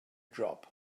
job